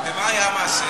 ומה היה המעשה?